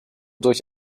durch